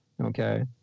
okay